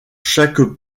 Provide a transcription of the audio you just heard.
chaque